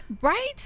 Right